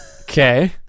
Okay